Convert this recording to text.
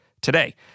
Today